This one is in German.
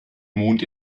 mond